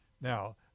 Now